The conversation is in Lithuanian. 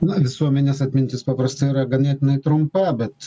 na visuomenės atmintis paprastai yra ganėtinai trumpa bet